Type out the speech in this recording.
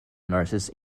nurses